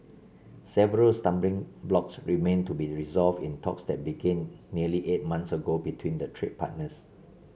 several stumbling blocks remain to be resolved in talks that began nearly eight months ago between the trade partners